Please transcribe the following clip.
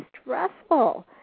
stressful